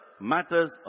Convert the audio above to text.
matters